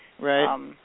Right